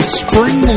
spring